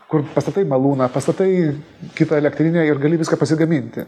kur pastatai malūną pastatai kitą elektrinę ir gali viską pasigaminti